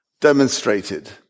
demonstrated